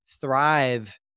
thrive